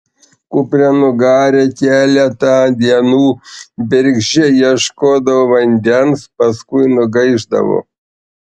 kupranugarė keletą dienų bergždžiai ieškodavo vandens paskui nugaišdavo